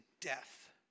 death